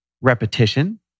repetition